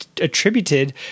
attributed